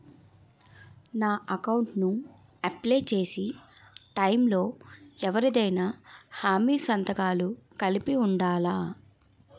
నా అకౌంట్ ను అప్లై చేసి టైం లో ఎవరిదైనా హామీ సంతకాలు కలిపి ఉండలా?